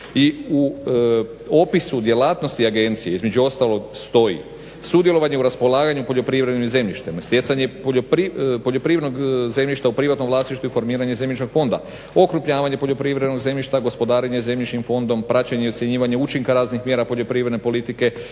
I u opisu djelatsnoti agencije između ostalog stoji, sudjelovanje u raspolaganju poljoprivrednim zemljištem, stjecanje poljoprivrednog zemljišta u privatnom vlasništvu, informiranje zemljišnog fonda, okrupnjavanje poljoprivrednog zemljišta, gospodarenje zemljišnim fondom. Praćenje i ocjenjivanje učinka raznih mjera poljoprivredne politike